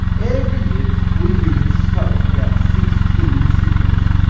every year, we humans smoke about six trillion cigarettes,